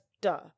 duh